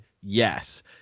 Yes